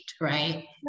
right